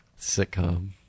sitcom